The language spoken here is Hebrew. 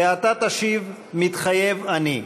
ואתה תשיב: "מתחייב אני".